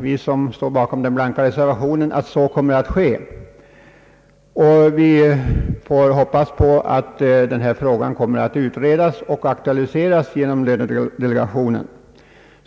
Vi som står bakom den blanka reservationen förutsätter att så kommer att ske, och vi räknar med att denna fråga kommer att utredas av lönedelegationen.